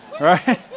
right